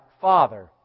Father